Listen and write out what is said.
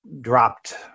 dropped